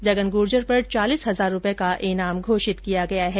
जगन गुर्जर पर चालीस हजार रूपये का इनाम घोषित किया गया है